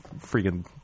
freaking